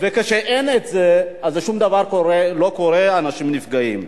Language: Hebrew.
כשאין את זה אז שום דבר לא קורה, ואנשים נפגעים.